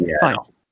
final